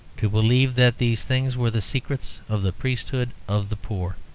to believe that these things were the secrets of the priesthood of the poor.